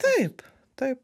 taip taip